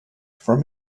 from